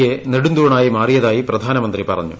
A നെടുംതൂണായി മാറിയതായി പ്രധാനമന്ത്രി പറഞ്ഞു